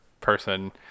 person